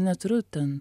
neturiu ten